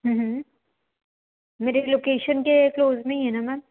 मेरे लोकेशन के क्लोज़ नहीं है न मैम